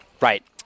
Right